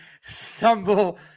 stumble